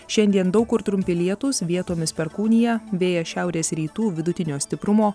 šiandien daug kur trumpi lietūs vietomis perkūnija vėjas šiaurės rytų vidutinio stiprumo